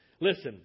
Listen